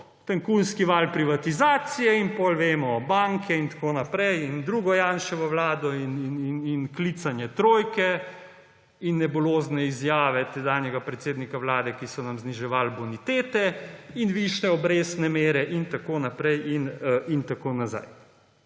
tajkunski val privatizacije. In potem vemo, banke in tako naprej in drugo Janševo vlado in klicanje trojke in nebulozne izjave tedanjega predsednika Vlade, ki so nam zniževale bonitete, in višje obrestne mere in tako naprej in tako nazaj.